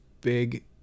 big